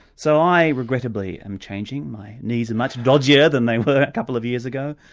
so i regrettably am changing, my knees are much dodgier than they were a couple of years ago.